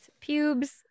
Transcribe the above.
pubes